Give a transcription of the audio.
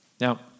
Now